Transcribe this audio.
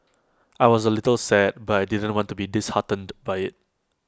I was A little sad but I didn't want to be disheartened by IT